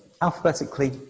Alphabetically